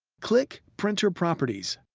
click printer properties.